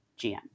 GM